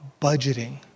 budgeting